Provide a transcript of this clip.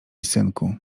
synku